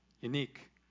unique